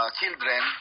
children